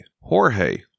Jorge